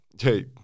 hey